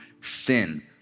sin